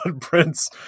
Prince